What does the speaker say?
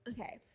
okay